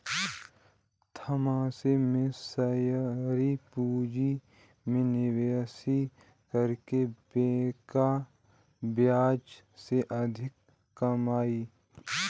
Thomas ने share पूंजी में निवेश करके बैंक ब्याज से अधिक कमाया